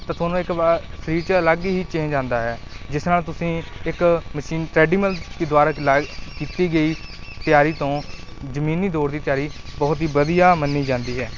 ਤਾਂ ਤੁਹਾਨੂੰ ਇੱਕ ਸਰੀਰ 'ਚ ਅਲੱਗ ਹੀ ਚੇਂਜ ਆਉਂਦਾ ਹੈ ਜਿਸ ਨਾਲ ਤੁਸੀਂ ਇੱਕ ਮਸ਼ੀਨ ਟਰੈਡੀਮਿਲ ਦੇ ਦੁਆਰਾ ਲਾ ਕੀਤੀ ਗਈ ਤਿਆਰੀ ਤੋਂ ਜ਼ਮੀਨੀ ਦੌੜ ਦੀ ਤਿਆਰੀ ਬਹੁਤ ਹੀ ਵਧੀਆ ਮੰਨੀ ਜਾਂਦੀ ਹੈ